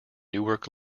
newark